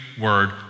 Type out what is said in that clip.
word